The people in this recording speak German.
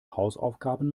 hausaufgaben